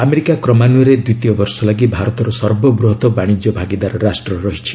America କ୍ରମାନ୍ୱୟରେ ଦ୍ୱିତୀୟବର୍ଷ ଲାଗି ଭାରତର ସର୍ବବୃହତ ବାଣିଜ୍ୟ ଭାଗିଦାର ରାଷ୍ଟ୍ର ରହିଛି